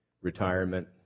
retirement